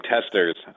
testers